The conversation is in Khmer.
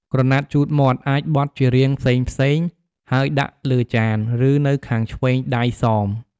ក្រណាត់ជូតមាត់ អាចបត់ជារាងផ្សេងៗ ហើយដាក់លើចាន ឬនៅខាងឆ្វេងដៃសម។